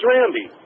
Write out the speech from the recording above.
Randy